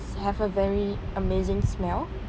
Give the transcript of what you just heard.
have a very amazing smell